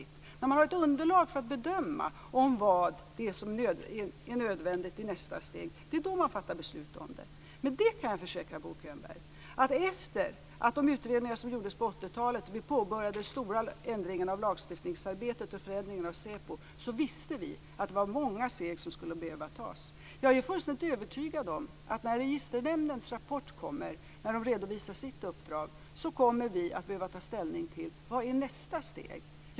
Det är när man har ett underlag för att bedöma vad som är nödvändigt i nästa steg som man fattar beslut om det. Jag kan försäkra Bo Könberg att efter att de utredningar som gjordes på 80-talet, när vi påbörjade det stora lagstiftningsarbetet och förändringen av säpo, visste vi att det var många steg som skulle behöva tas. Jag är fullständigt övertygad om att när Registernämnden redovisar sitt uppdrag i en rapport kommer vi att behöva ta ställning till vad nästa steg är.